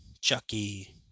Chucky